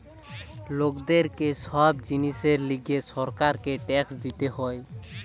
লোকদের কে সব জিনিসের লিগে সরকারকে ট্যাক্স দিতে হয়